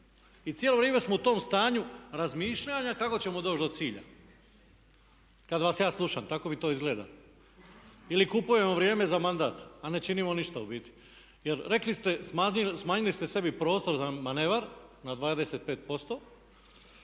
I cijelo vrijeme smo u tom stanju razmišljanja kako ćemo doći do cilja. Kad vas ja slušam tako mi to izgleda. Ili kupujemo vrijeme za mandat a ne činimo ništa u biti. Jer rekli ste smanjili ste sebi prostor za manevar na 25%